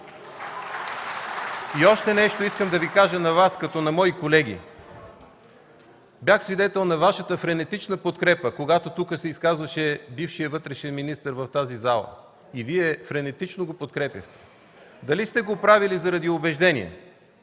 от ДПС.) Искам да Ви кажа на Вас, като на мои колеги – бях свидетел на Вашата френетична подкрепа, когато тук се изказваше бившият вътрешен министър в тази зала и Вие френетично го подкрепяхте. Дали сте го правили заради убеждения,